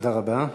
תודה רבה.